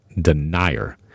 denier